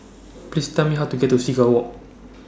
Please Tell Me How to get to Seagull Walk